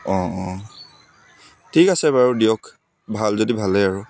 অঁ অঁ ঠিক আছে বাৰু দিয়ক ভাল যদি ভালেই আৰু